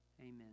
amen